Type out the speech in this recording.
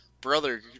brother